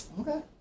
Okay